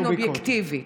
בעין אובייקטיבית.